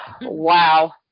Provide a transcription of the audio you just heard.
Wow